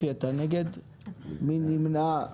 מי נמנע?